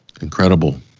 incredible